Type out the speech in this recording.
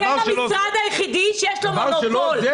זה המשרד היחידי שיש לו מונופול.